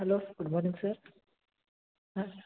hello good morning sir ಹಾಂ